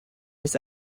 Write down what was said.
his